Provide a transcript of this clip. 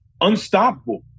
unstoppable